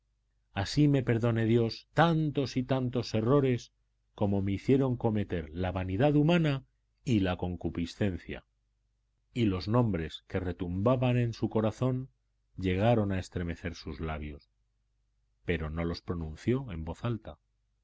así me perdone dios tantos y tantos errores como me hicieron cometer la vanidad mundana y la concupiscencia y los nombres que retumbaban en su corazón llegaron a estremecer sus labios pero no los pronunció en voz alta